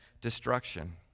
destruction